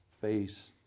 face